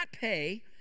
pay